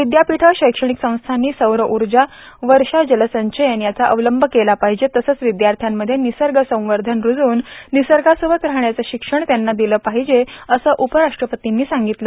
विद्यापीठे शैक्षणिक संस्थांनी सौर ऊर्जा वर्षा जलसंचयन यांचा अवलंब केला पाहिजे तसेच विद्यार्थ्यांमध्ये निसर्ग संवर्धन रूजवून निसर्गासोबत राहण्याचे शिक्षण त्यांना दिले पाहिजे असे उपराष्ट्रपतींनी सांगितले